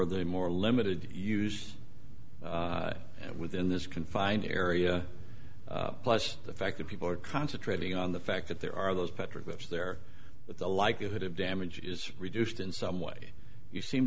are they more limited used within this confined area plus the fact that people are concentrating on the fact that there are those petroglyphs there but the likelihood of damage is reduced in some way you seem